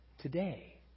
today